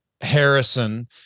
Harrison